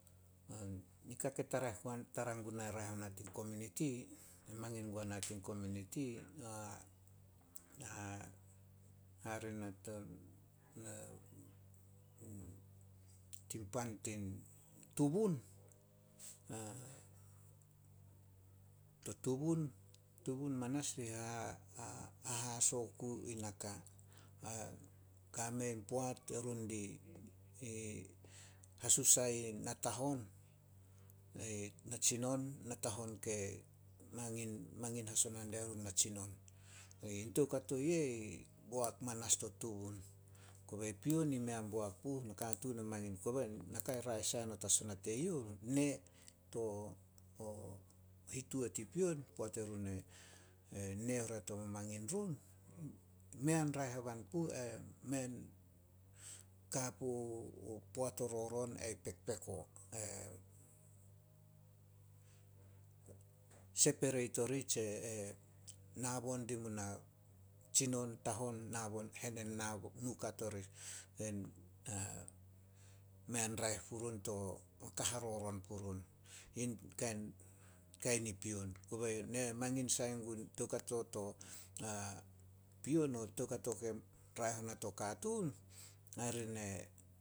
Nika ke tara guna ke raeh ona tin kominiti, ke mangin guana tin kominiti, tin pan tin tubun, to tubun. Tubun manas ri hahaso ku i naka. Kame in poat erun di hasusa in natahon, natsinon, natahon ke mangin- mangin hasona diarun natsinon. Toukato eh boak manas to tubun, kobe pion i mei a boak puh. Kobe naka raeh sai as ona teyouh, nee to o hituot i pion poat erun e- e nee oria tomo mangin run. Mei an raeh haban puh, ai mea ka puo poat o roron ai pekpeko. Sepereit orih tse e nabo dina tsinon, tahon henenukat orih. Mei an raeh purun to ka haroron purun. Yin kain- Kain i pion, kobe ne mangin sai gun toukato to, pion toukato ke raeh ona to katuun, hare ne